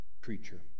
preacher